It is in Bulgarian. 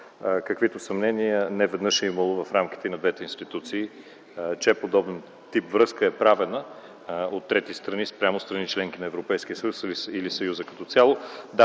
каквито съмнения неведнъж е имало в рамките на двете институции, че подобен тип връзка е правена от трети страни, спрямо страни – членки на Европейския съюз или Съюза като цяло.